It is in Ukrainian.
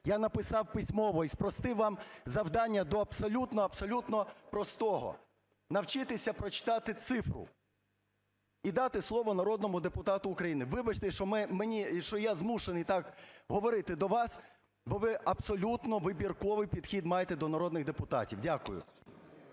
Я написав письмово і спростив вам завдання до абсолютно-абсолютно простого – навчитися прочитати цифру і дати слово народному депутату України. Вибачте, що я змушений так говорити до вас, бо ви абсолютно вибірковий підхід маєте до народних депутатів. Дякую.